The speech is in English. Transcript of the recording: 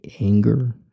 anger